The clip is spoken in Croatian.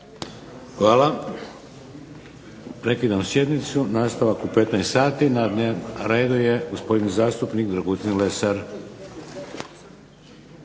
Hvala. Prekidam sjednicu, nastavak u 15 sati na redu je gospodin zastupnik Dragutin Lesar.